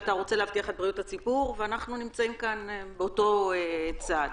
בריאות הציבור, ואנחנו נמצאים כאן באותו צד.